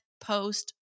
post